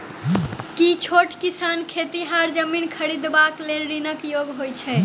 की छोट किसान खेतिहर जमीन खरिदबाक लेल ऋणक योग्य होइ छै?